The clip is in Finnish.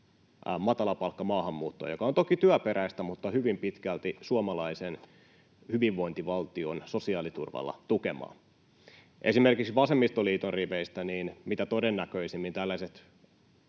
matalapalkkamaahanmuuttoa, joka on toki työperäistä mutta hyvin pitkälti suomalaisen hyvinvointivaltion sosiaaliturvalla tukemaa. Esimerkiksi vasemmistoliiton riveistä mitä todennäköisimmin tällaiset